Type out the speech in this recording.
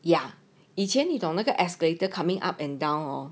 ya 以前你懂那个 escalator coming up and down orh